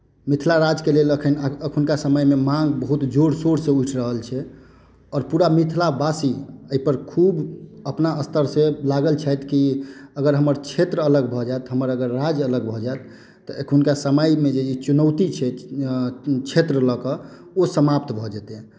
मिथिला राज्यक लेल एखन एखुनका समयमे माँग बहुत जोर शोरसँ उठि रहल छै आओर पूरा मिथिलावासी एहिपर खूब अपना स्तरसँ लागल छथि कि अगर हमर क्षेत्र अलग भऽ जायत हमर राज्य अलग भऽ जायत तऽ एखुनका समयमे जे ई चुनौती छै क्षेत्र लऽ कऽ ओ समाप्त भऽ जेतै